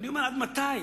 אני אומר, עד מתי?